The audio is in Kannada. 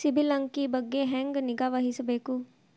ಸಿಬಿಲ್ ಅಂಕಿ ಬಗ್ಗೆ ಹೆಂಗ್ ನಿಗಾವಹಿಸಬೇಕು?